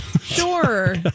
sure